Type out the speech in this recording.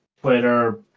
Twitter